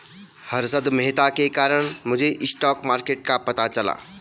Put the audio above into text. हर्षद मेहता के कारण मुझे स्टॉक मार्केट का पता चला